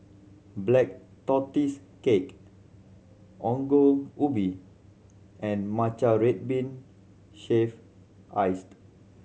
Black Tortoise Cake Ongol Ubi and matcha red bean shaved iced